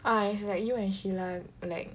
ah it's like you and Sheila like